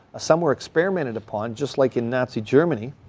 some were experimented upon just like in nazi germany,